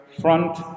front